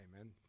Amen